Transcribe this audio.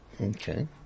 Okay